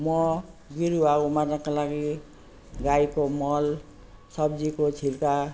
म बिरुवा उमार्नुको लागि गाईको मल सब्जीको छिल्का